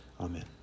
Amen